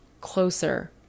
closer